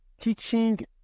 teaching